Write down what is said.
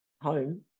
home